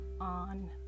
on